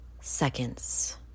seconds